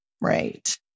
Right